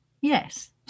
yes